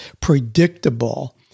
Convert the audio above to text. predictable